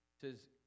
says